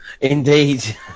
Indeed